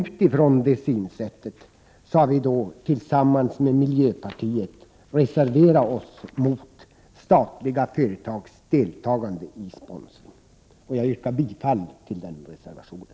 Utifrån det synsättet har vi tillsammans med miljöpartiet reserverat oss mot statliga företags deltagande i sponsring. Jag yrkar bifall till den reservationen.